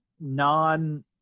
non